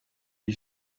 die